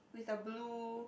with a blue